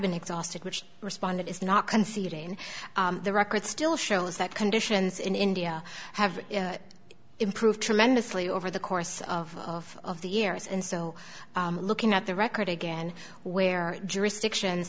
been exhausted which respond it is not conceding the record still shows that conditions in india have improved tremendously over the course of the years and so looking at the record again where jurisdictions